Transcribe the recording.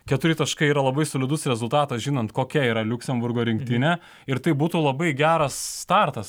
keturi taškai yra labai solidus rezultatas žinant kokia yra liuksemburgo rinktinė ir tai būtų labai geras startas